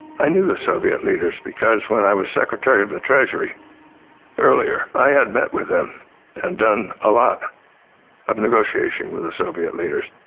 i knew the soviet leaders because when i was secretary of the treasury earlier, i had met with them and done a lot of negotiation with the soviet leaders.